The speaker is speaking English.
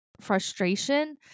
frustration